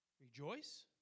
Rejoice